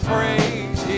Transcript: Praise